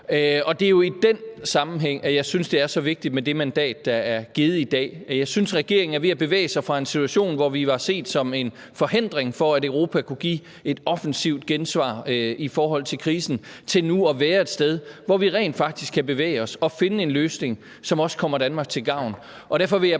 Det er jo i den sammenhæng, at jeg synes, det er så vigtigt med det mandat, der er givet i dag. Og jeg synes, regeringen er ved at bevæge sig fra en situation, hvor vi blev set som en forhindring for, at Europa kunne give et offensivt gensvar i forhold til krisen, til nu at være et sted, hvor vi rent faktisk kan bevæge os og finde en løsning, som også kommer Danmark til gavn. Derfor vil jeg